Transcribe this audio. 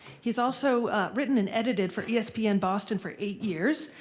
he's also written and edited for espn boston for eight years,